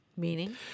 Meaning